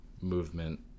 movement